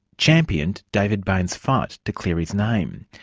championed david bain's fight to clear his name.